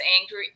angry